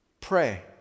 Pray